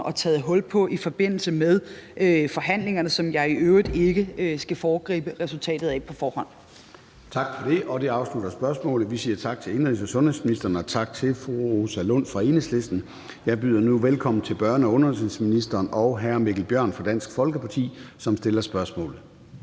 og taget hul på i forbindelse med forhandlingerne, som jeg i øvrigt ikke skal foregribe resultatet af. Kl. 13:21 Formanden (Søren Gade): Tak for det, og det afslutter spørgsmålet. Vi siger tak til indenrigs- og sundhedsministeren, og tak til fru Rosa Lund fra Enhedslisten. Jeg byder nu velkommen til børne- og undervisningsministeren og til hr. Mikkel Bjørn fra Dansk Folkeparti, som stiller spørgsmålet.